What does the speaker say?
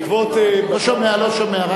בעקבות, לא שומע, לא שומע.